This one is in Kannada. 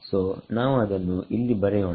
ಸೋನಾವು ಅದನ್ನು ಇಲ್ಲಿ ಬರೆಯೋಣ